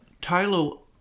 Tylo